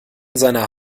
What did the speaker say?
seiner